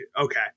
Okay